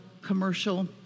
commercial